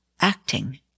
acting